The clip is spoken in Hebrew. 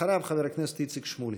אחריו, חבר הכנסת איציק שמולי.